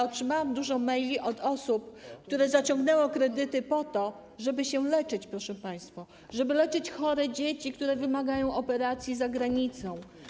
Otrzymałam dużo maili od osób, które zaciągnęły kredyty po to, żeby się leczyć, proszę państwa, żeby leczyć chore dzieci, które wymagają operacji za granicą.